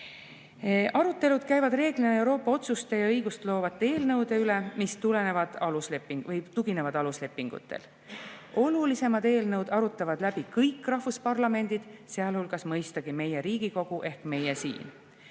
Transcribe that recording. Arutelud käivad reeglina Euroopa otsuste ja õigustloovate eelnõude üle, mis tuginevad aluslepingutele. Olulisemad eelnõud arutavad läbi kõik rahvusparlamendid, sealhulgas mõistagi Riigikogu ehk meie siin.